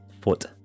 foot